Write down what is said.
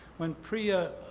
when pria